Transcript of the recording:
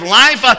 life